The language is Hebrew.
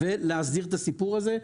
ולהסדיר את הסיפור הזה.